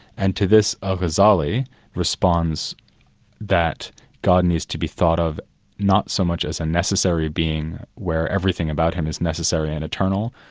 and to this ah al-ghazali responds that god needs to be thought of not so much as a necessary being where everything about him is necessary and eternal,